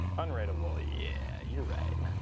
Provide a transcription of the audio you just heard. unwritable. yeah, you're right.